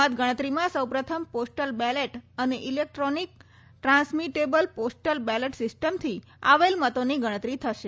મતગણતરીમાં સૌપ્રથમ postal ballot અને electronically transmitted postal ballot સિસ્ટમથી આવેલ મતોની ગણતરી થશે